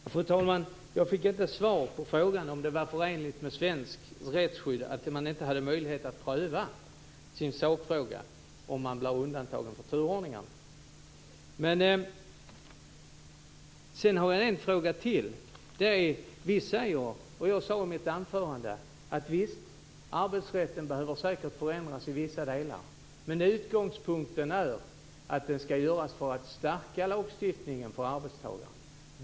Fru talman! Jag fick inte svar på frågan om det är förenligt med svenskt rättsskydd att man inte har möjlighet att pröva sin sakfråga om man blir undantagen från turordningen. Sedan har jag en fråga till. Vi säger, och jag sade i mitt anförande, att visst behöver arbetsrätten säkert förändras i vissa delar. Men utgångspunkten är att det ska göras för att stärka lagstiftningen för arbetstagaren.